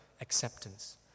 acceptance